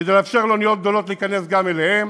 כדי לאפשר לאוניות גדולות להיכנס גם אליהם,